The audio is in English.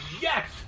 Yes